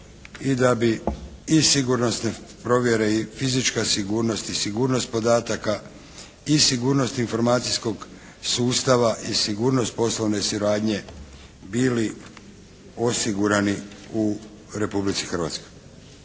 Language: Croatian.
i da bi i sigurnosne provjere i fizička sigurnost i sigurnost podataka i sigurnost informacijskog sustava i sigurnost poslovne suradnje bili osigurani u Republici Hrvatskoj.